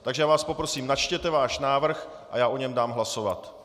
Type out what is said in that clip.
Takže vás poprosím, načtěte váš návrh a já o něm dám hlasovat.